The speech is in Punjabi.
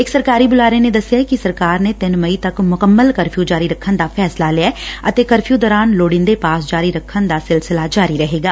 ਇਕ ਸਰਕਾਰੀ ਬੁਲਾਰੇ ਨੇ ਦਸਿਆ ਕਿ ਸਰਕਾਰ ਨੇ ਤਿੰਨ ਮਈ ਤੋਕ ਮੁਕੰਮਲ ਕਰਫਿਉ ਜਾਰੀ ਰੱਖਣ ਦਾ ਫੈਸਲਾ ਲਿਐ ਅਤੇ ਕਰਫਿਉ ਦੌਰਾਨ ਲੋੜੀਂਦੇ ਪਾਸ ਜਾਰੀ ਕਰਨ ਦਾ ਸਿਲਸਿਲਾ ਜਾਰੀ ਰਹੇਗਾ